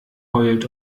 heult